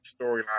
storyline